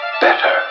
better